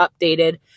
updated